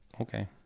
Okay